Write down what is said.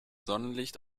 sonnenlicht